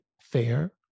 Fair